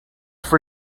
for